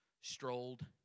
strolled